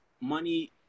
money